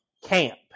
camp